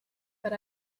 but